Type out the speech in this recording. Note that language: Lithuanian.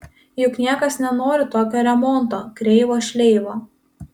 juk niekas nenori tokio remonto kreivo šleivo